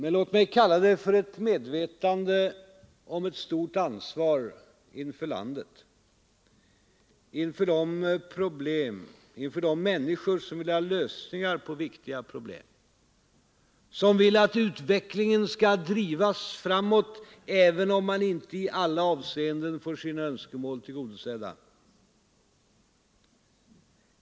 Men låt mig kalla det för ett medvetande om ett stort ansvar inför landet, inför de människor som vill ha lösningar på viktiga problem, som vill att utvecklingen skall drivas framåt även om man inte i alla avseenden får sina önskemål tillgodosedda.